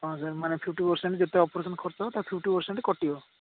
ହଁ ସାର୍ମାନେ fifty percent ଯେତେ ଅପରେସନ୍ ଖର୍ଚ୍ଚ ତା'ର ଫିଫ୍ଟି ପରସେଣ୍ଟ୍ କଟିବ